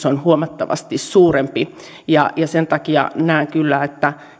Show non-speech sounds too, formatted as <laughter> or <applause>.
<unintelligible> on huomattavasti suurempi sen takia näen kyllä että